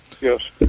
Yes